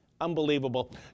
Unbelievable